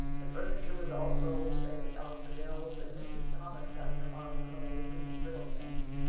the furniture was all sold to pay the doctor bills, and mrs. thomas got your ma's clothes and little things.